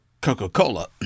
Coca-Cola